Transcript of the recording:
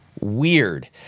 weird